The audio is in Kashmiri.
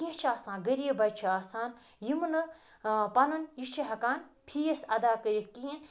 کیٚنٛہہ چھِ آسان غریب بَچہِ چھِ آسان یِم نہٕ پَنُن یہِ چھُ ہیٚکان فیٖس ادا کٔرِتھ کِہیٖنۍ